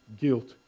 guilt